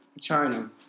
China